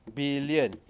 billion